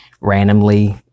randomly